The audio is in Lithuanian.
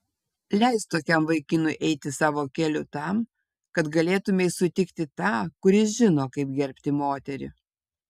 leisk tokiam vaikinui eiti savo keliu tam kad galėtumei sutikti tą kuris žino kaip gerbti moterį